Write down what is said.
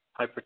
hypertension